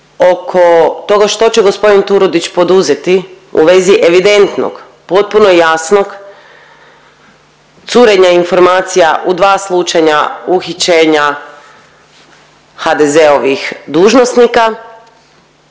oko toga što će gospodin Turudić poduzeti u vezi evidentnog, potpuno jasnog curenja informacija u dva slučaja uhićenja HDZ-ovih dužnosnika